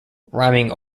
rhyming